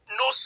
no